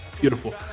beautiful